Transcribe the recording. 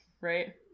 Right